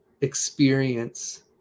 experience